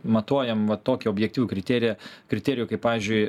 matuojam va tokį objektyvių kriteriją kriterijų kaip pavyzdžiui